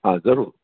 हा ज़रूरु